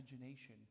imagination